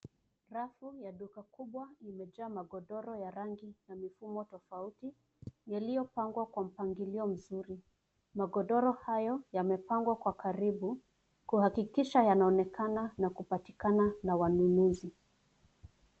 Rafu ya duka kubwa limejaa magodoro ya rangi na mifumo tofauti yaliyopangwa kwa mpangilio mzuri. Magodoro hayo yamepangwa kwa karibu kuhakikisha yanaonekana na kupatikana na wanunuzi.